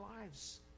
lives